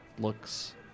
Looks